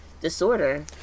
disorder